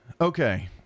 Okay